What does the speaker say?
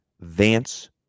Vance